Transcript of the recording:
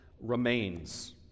remains